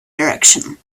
direction